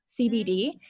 CBD